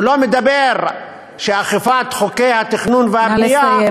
הוא לא מדבר על כך שאכיפת חוקי התכנון והבנייה